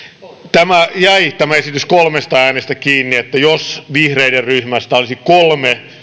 tämä esitys jäi kolmesta äänestä kiinni eli jos vihreiden ryhmästä olisi kolme